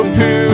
poo